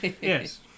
Yes